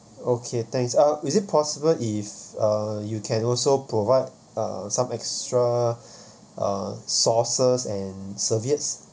okay thanks uh is it possible if uh you can also provide uh some extra uh sauces and serviettes